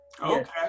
Okay